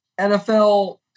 NFL